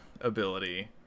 ability